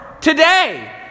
today